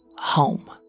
home